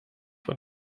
von